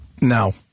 no